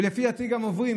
ולפי דעתי גם עוברים.